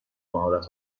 مهارت